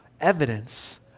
evidence